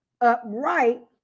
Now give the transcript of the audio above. Upright